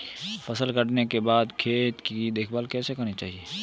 फसल काटने के बाद खेत की कैसे देखभाल करनी चाहिए?